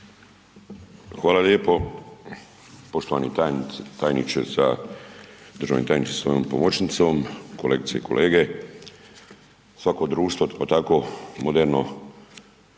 Hvala lijepo. Poštovani tajniče, državni tajniče sa svojom pomoćnicom, kolegice i kolege. Svako društvo pa tako moderno